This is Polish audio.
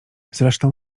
zresztą